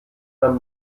man